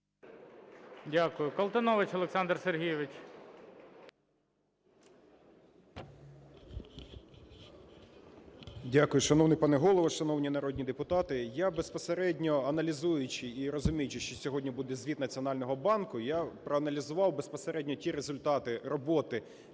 Дякую. Колтунович Олександр Сергійович. 12:22:22 КОЛТУНОВИЧ О.С. Дякую. Шановний пане Голово, шановні народні депутати, я безпосередньо аналізуючи і розуміючи, що сьогодні буде звіт Національного банку, я проаналізував безпосередньо ті результати роботи